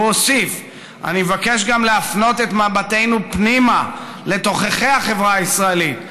והוא הוסיף: "אני מבקש גם להפנות את מבטנו פנימה לתוככי החברה הישראלית.